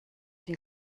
die